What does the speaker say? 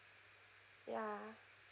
ya